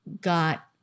got